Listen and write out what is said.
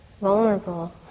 vulnerable